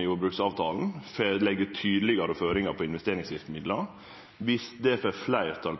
i jordbruksavtalen får leggje tydelegare føringar på investeringsverkemidla. Dersom det får fleirtal,